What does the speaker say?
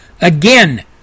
again